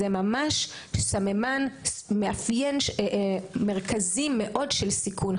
זה ממש מאפיין מרכזי מאוד של סיכון.